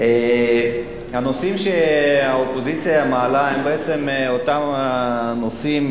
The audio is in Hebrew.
הנושאים שהאופוזיציה מעלה הם בעצם אותם הנושאים,